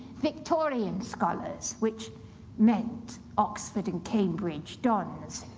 victorian scholars, which meant oxford and cambridge dons,